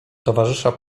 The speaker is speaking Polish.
towarzysza